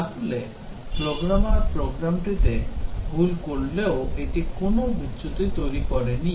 তাহলে প্রোগ্রামার প্রোগ্রামটিতে ভুল করলেও এটি কোন বিচ্যুতি তৈরি করেনি